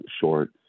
short